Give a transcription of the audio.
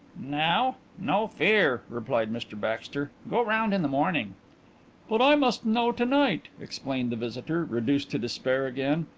now? no fear! replied mr baxter. go round in the morning but i must know to-night, explained the visitor, reduced to despair again.